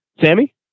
Sammy